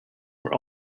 were